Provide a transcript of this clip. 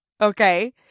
okay